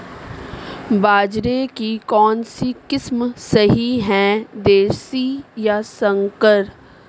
बाजरे की कौनसी किस्म सही हैं देशी या संकर?